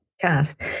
cast